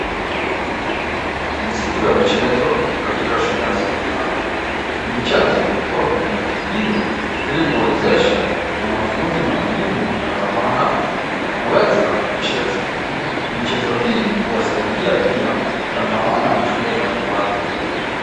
Ni siku ya mchezo katika shule ya sekondari. Michezo huwa imeratibiwa ili kuwezesha wanafunzi na walimu kutangamana na kuweza kucheza. Michezo hii huwasaidia pia kutangamana na shule mbalimbali.